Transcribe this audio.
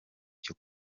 cyo